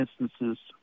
Instances